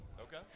Okay